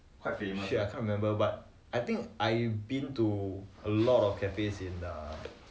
shit I can't remember but I think I've been to a lot of cafes in the